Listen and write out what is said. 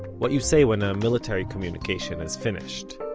what you say when a military communication is finished.